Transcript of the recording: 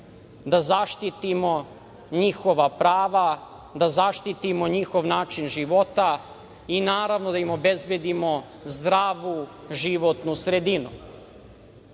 da zaštitimo njihova prava, da zaštitimo njihov način života i, naravno, da im obezbedimo zdravu životnu